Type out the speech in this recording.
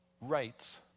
rights